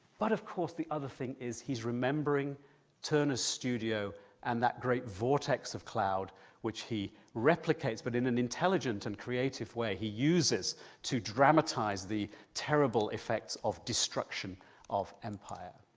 but of course the other thing is he's remembering turner's studio and that great vortex of cloud which he replicates, but in an intelligent and creative way he uses to dramatise the terrible effects of destruction of empire.